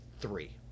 three